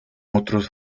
otros